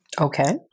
Okay